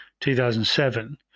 2007